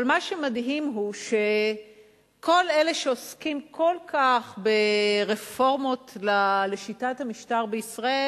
אבל מה שמדהים הוא שכל אלה שעוסקים כל כך ברפורמות לשיטת המשטר בישראל